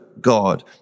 God